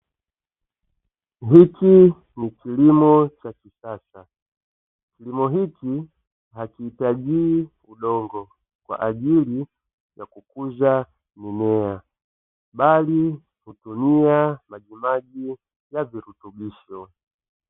Hiki ni kilimo cha kisasa, kilimo hiki hakihitaji udongo kwa ajili ya kukuza mimea bali hutumia majimaji ya virutubisho.